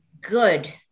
good